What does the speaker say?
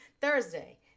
Thursday